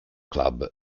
club